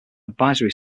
advisory